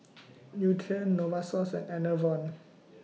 Nutren Novosource and Enervon